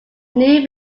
new